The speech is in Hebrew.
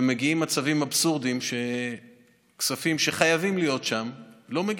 ומגיעים מצבים אבסורדיים שכספים שחייבים להיות שם לא מגיעים.